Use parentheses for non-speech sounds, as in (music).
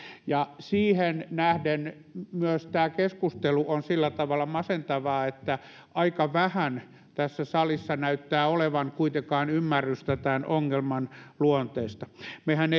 siihen nähden myös tämä keskustelu on sillä tavalla masentavaa että aika vähän tässä salissa näyttää olevan kuitenkaan ymmärrystä tämän ongelman luonteesta mehän (unintelligible)